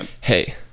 hey